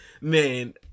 man